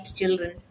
children